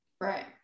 Right